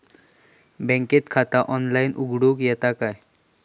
बँकेत खाता ऑनलाइन उघडूक येता काय?